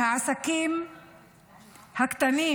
מהעסקים הקטנים,